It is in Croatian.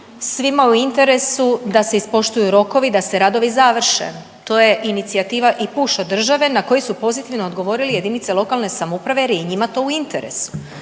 svima je u interesu da se ispoštuju rokovi i da se radovi završe, to je inicijativa i push od države na koji su pozitivno odgovorili JLS jer je njima to u interesu,